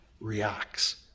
reacts